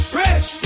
rich